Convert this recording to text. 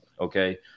Okay